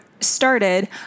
started